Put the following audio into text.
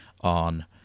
on